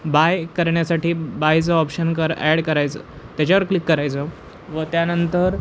bye करण्यासाठी बायचं option कर ॲड करायचं त्याच्यावर क्लिक करायचं व त्यानंतर